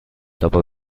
dopo